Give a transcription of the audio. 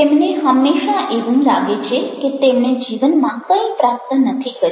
તેમને હંમેશા એવું લાગે છે કે તેમણે જીવનમાં કંઈ પ્રાપ્ત નથી કર્યું